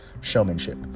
showmanship